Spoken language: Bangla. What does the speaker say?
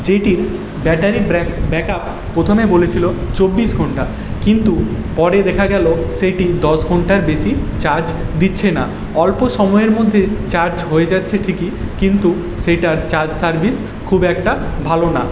যেটির ব্যাটারি ব্র্যাক ব্যাক আপ প্রথমে বলেছিলো চব্বিশ ঘন্টা কিন্তু পরে দেখা গেলো সেটি দশ ঘন্টার বেশি চার্জ দিচ্ছে না অল্প সময়ের মধ্যে চার্জ হয়ে যাচ্ছে ঠিকই কিন্তু সেটার চার্জ সার্ভিস খুব একটা ভালো না